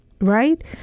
Right